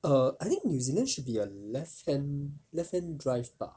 err I think new zealand should be a left hand left hand drive bah